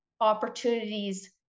opportunities